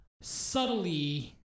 subtly